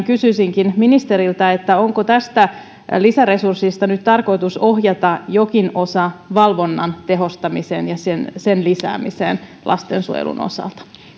kysyisinkin ministeriltä onko tästä lisäresurssista nyt tarkoitus ohjata jokin osa valvonnan tehostamiseen ja sen sen lisäämiseen lastensuojelun osalta